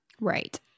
Right